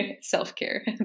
self-care